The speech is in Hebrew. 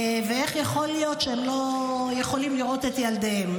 על איך יכול להיות שהם לא יכולים לראות את ילדיהם.